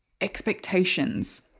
expectations